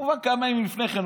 כמובן כמה ימים לפני כן,